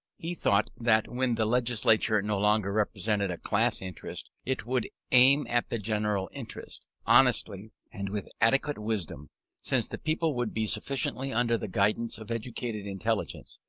he thought that when the legislature no longer represented a class interest, it would aim at the general interest, honestly and with adequate wisdom since the people would be sufficiently under the guidance of educated intelligence,